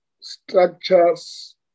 structures